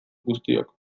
guztiok